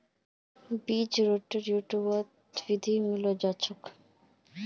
बीज रोपनेर विधि यूट्यूबत मिले जैतोक